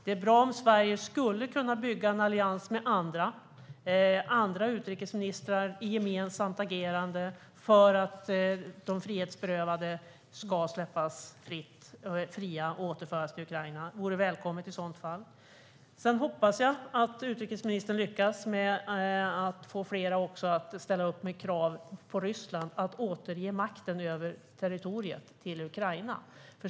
Det är bra om Sverige skulle kunna bygga en allians med andra utrikesministrar och gemensamt agera för att de frihetsberövade ska släppas fria och återföras till Ukraina. Det vore i så fall välkommet. Jag hoppas att utrikesministern lyckas med att få flera att ställa upp med krav på Ryssland att återge makten över territoriet till Ukraina.